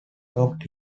knocked